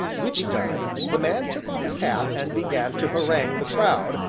which done, the man took off his hat and began to harangue the crowd,